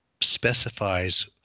specifies